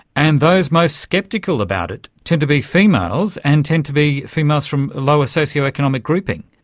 and those most sceptical about it tend to be females and tend to be females from a lower socio-economic grouping.